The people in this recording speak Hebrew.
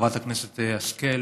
לחברת הכנסת השכל,